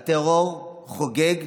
הטרור חוגג.